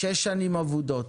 שש שנים אבודות.